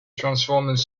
transformed